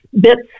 bits